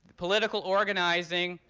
political organizing,